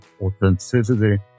authenticity